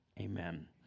Amen